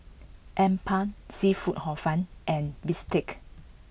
Appam Seafood Hor Fun and Bistake